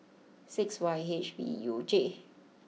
six Y H V U J